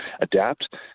adapt